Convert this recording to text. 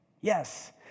Yes